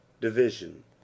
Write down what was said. division